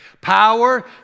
Power